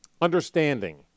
understanding